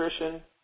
nutrition